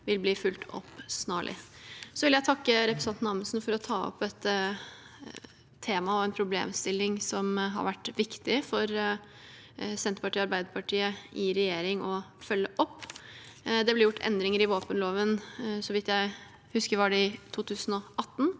vil bli fulgt opp snarlig. Så vil jeg takke representanten Amundsen for å ta opp et tema og en problemstilling som har vært viktig for Senterpartiet og Arbeiderpartiet i regjering å følge opp. Det ble gjort endringer i våpenloven i 2018 – så vidt jeg husker – som bl.a.